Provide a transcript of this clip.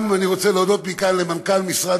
אני רוצה גם להודות מכאן למנכ"ל משרד